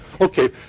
Okay